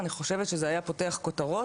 אני חושבת שזה היה פותח כותרות.